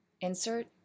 Insert